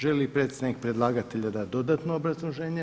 Želi li predstavnik predlagatelja dati dodatno obrazloženje?